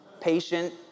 Patient